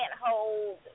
hold